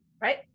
Right